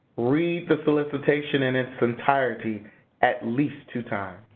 read the solicitation in its entirety at least two times.